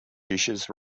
dishes